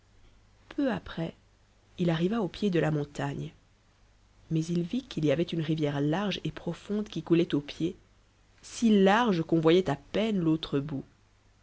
peu après il arriva au pied de la montagne mais il vit qu'il y avait une rivière large et profonde qui coulait au pied si large qu'on voyait à peine l'autre bord